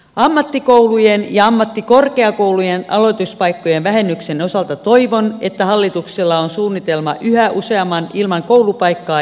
ammattikoulujen ja ammattikorkeakoulujen aloituspaikkojen vähennyksen osalta toivon että hallituksella on suunnitelma yhä useamman ilman koulupaikkaa jäävän nuoren varalle